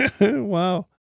Wow